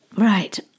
right